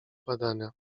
badania